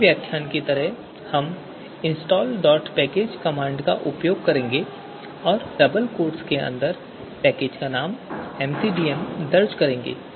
पिछले व्याख्यान की तरह हम इंस्टॉलपैकेज कमांड का उपयोग करेंगे और डबल कोट्स के भीतर पैकेज का नाम एमसीडीएम दर्ज करेंगे